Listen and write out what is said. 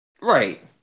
Right